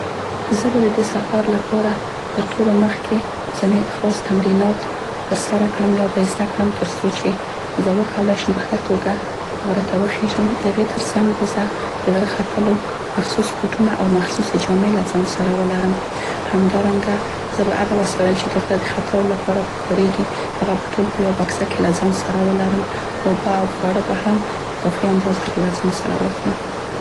زه به د دې سفر لپاره تر ټولو مخکې ځینې خاص تمرینات تر سره کړم یا به یې زده کړم، تر څو چې زه وکولای په ښه توګه غره ته وخیږم. د هغې تر څنګ به زه د غره ختلو مخصوص بوټونه او مخصوصې جامې له ځان سره ولرم. همدارنګه زه به هغه وسایل چې د غره د ختلو لپاره په کاريږي، هغه به ټول په یوه بکسه کې له ځان سره ولرم، اوبه او خواړه به هم په کافي اندازه له ځان سره واخلم.